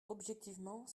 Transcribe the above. objectivement